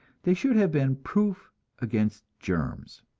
they should have been proof against germs.